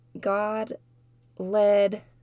God-led